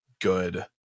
good